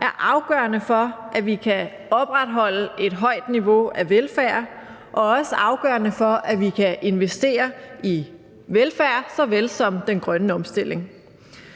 er afgørende for, at vi kan opretholde et højt niveau af velfærd, og også afgørende for, at vi kan investere i velfærd såvel som i den grønne omstilling.